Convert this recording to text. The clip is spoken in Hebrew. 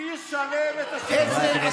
מי ישלם את השיירה?